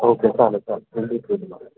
okay चालेल चालेल ठीक आहे धन्यवाद